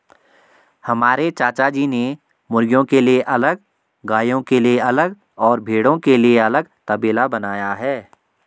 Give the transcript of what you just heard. हमारे चाचाजी ने मुर्गियों के लिए अलग गायों के लिए अलग और भेड़ों के लिए अलग तबेला बनाया है